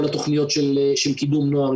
כל התוכניות של קידום נוער.